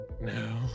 No